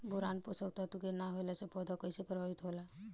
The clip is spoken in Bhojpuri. बोरान पोषक तत्व के न होला से पौधा कईसे प्रभावित होला?